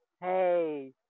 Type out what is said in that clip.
Hey